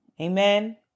Amen